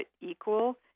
equal